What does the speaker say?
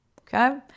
Okay